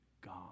God